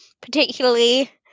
particularly